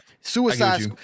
Suicide